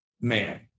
man